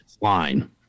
line